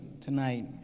tonight